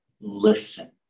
listen